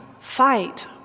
fight